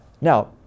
Now